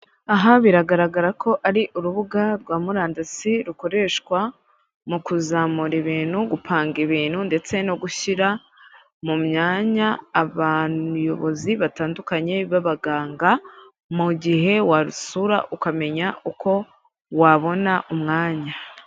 Aha biragaragara ko ari urubuga rwa murandasi rukoreshwa mu kuzamura ibintu, gupanga ibintu no gushyira mu myanya abayobozi batandukanye babaganga mu gihe warusura ukabona ukamenya uko wabona umwanya.